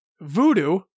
Voodoo